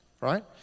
right